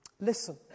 Listen